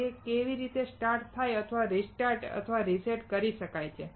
તે કેવી રીતે સ્ટાર્ટ અથવા રિસ્ટાર્ટ અથવા રીસેટ કરી શકે છે